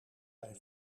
zijn